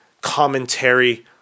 commentary